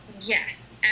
Yes